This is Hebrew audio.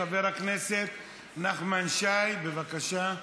חבר הכנסת נחמן שי, בבקשה.